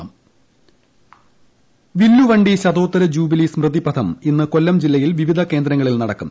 സ്മൃതിപഥം വില്ലുവണ്ടി ശതോത്തര ജൂബിലീ് സ്മൃതിപഥം ഇന്ന് കൊല്ലം ജില്ലയിൽ വിവിധ കേന്ദ്രങ്ങളിൽ നടക്കും